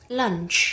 lunch